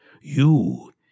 You